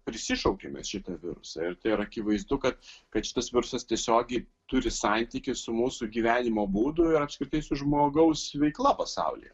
prisišaukėme šitą virusą ir tai yra akivaizdu kad kad šis virusas tiesiogiai turi santykį su mūsų gyvenimo būdu ir apskritai su žmogaus veikla pasaulyje